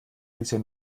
bisher